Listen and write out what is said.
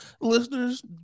listeners